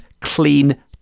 clean